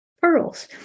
Pearls